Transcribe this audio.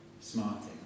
smarting